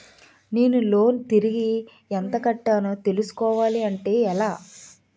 నేను లోన్ తిరిగి ఎంత కట్టానో తెలుసుకోవాలి అంటే ఎలా?